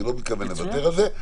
אני לא מתכוון לוותר על זה.